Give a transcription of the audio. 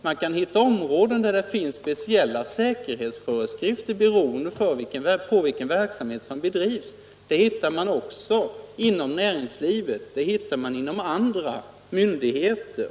Man kan hitta områden med speciella säkerhetsföreskrifter, be = Nr 52 roende på vilken verksamhet som bedrivs, också inom näringslivet och Tisdagen den hos olika myndigheter.